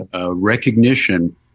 recognition